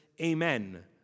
amen